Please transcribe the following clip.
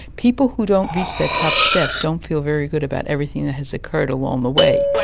people who don't reach that top step, don't feel very good about everything that has occurred along the way.